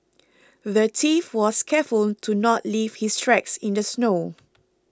the thief was careful to not leave his tracks in the snow